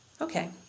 Okay